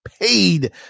paid